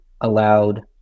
allowed